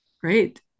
Great